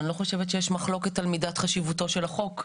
אני לא חושבת שיש מחלוקת על מידת חשיבותו של החוק.